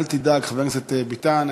אל תדאג, חבר הכנסת ביטן,